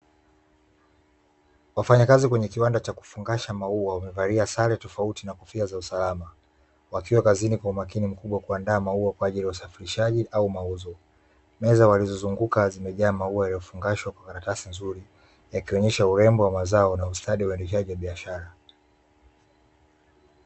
Wafanyakazi kwenye kiwanda cha kufungasha maua wamevalia sare tofauti na kofia za usalama, wakiwa kazini kwa umakini mkubwa kuandaa maua kwa ajili ya usafirishaji ama mauzo. Meza walizo zunguka zimejaa maua yaliofungashwa kwa karatasi nzuri, yakionyesha urembo wa mazao na ustadi wa uendeshaji wa biashara.